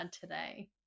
today